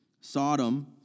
Sodom